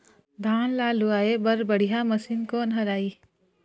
धान ला लुआय बर बढ़िया मशीन कोन हर आइ?